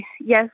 yes